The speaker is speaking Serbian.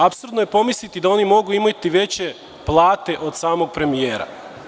Apsurdno je pomisliti da oni mogu imati veće plate od samog premijera.